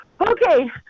okay